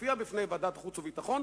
להופיע בפני ועדת החוץ והביטחון